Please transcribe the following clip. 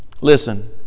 Listen